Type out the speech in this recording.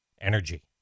energy